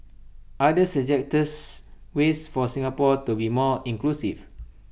others suggests ways for Singapore to be more inclusive